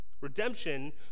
Redemption